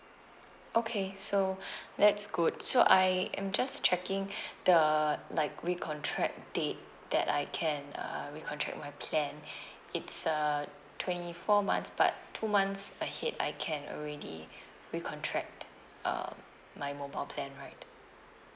okay so that's good so I am just checking the like recontract date that I can uh recontract my plan it's uh twenty four months but two months ahead I can already recontract uh my mobile plan right